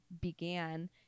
began